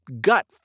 gut